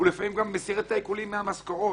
הוא לפעמים גם מסיר את העיקולים מהמשכורות,